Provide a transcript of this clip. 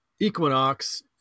equinox